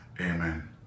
amen